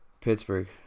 Pittsburgh